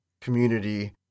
community